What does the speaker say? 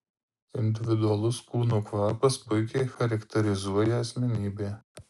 individualus kūno kvapas puikiai charakterizuoja asmenybę